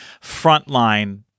frontline